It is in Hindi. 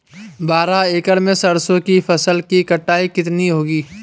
बारह एकड़ में सरसों की फसल की कटाई कितनी होगी?